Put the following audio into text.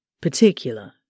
particular